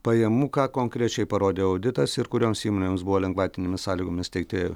pajamų ką konkrečiai parodė auditas ir kurioms įmonėms buvo lengvatinėmis sąlygomis teikti